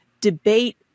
debate